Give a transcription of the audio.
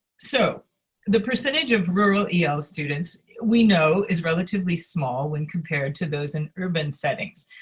so the percentage of rural el students we know is relatively small when compared to those in urban settings.